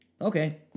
Okay